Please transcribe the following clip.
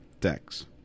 decks